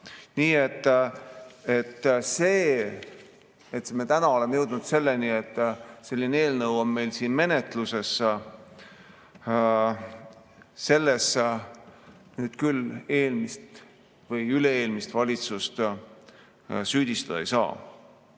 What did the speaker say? Nii et selles, et me täna oleme jõudnud selleni, et selline eelnõu on meil menetluses, nüüd küll eelmist või üle-eelmist valitsust süüdistada ei saa. Aga